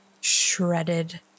shredded